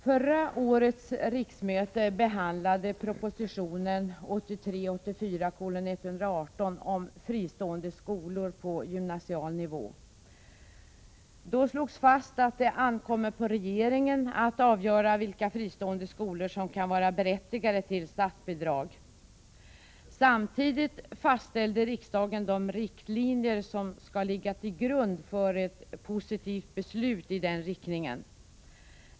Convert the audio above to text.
Förra årets riksmöte behandlade propositionen 1983/84:118 om fristående skolor på gymnasial nivå. Då slogs fast att det ankommer på regeringen att avgöra vilka fristående skolor som kan vara berättigade till statsbidrag. Samtidigt fastställde riksdagen de riktlinjer som skall ligga till grund för ett positivt beslut i den riktningen.